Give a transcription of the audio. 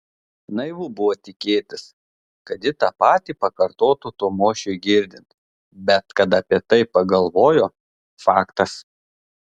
naivu buvo tikėtis kad ji tą patį pakartotų tamošiui girdint bet kad apie tai pagalvojo faktas